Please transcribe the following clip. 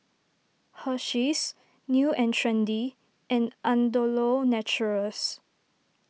Hersheys New and Trendy and Andalou Naturals